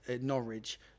Norwich